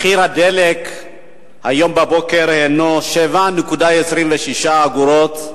מחיר הדלק מהיום בבוקר הינו 7.26 שקלים.